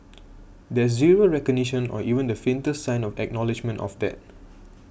there's zero recognition or even the faintest sign of acknowledgement of that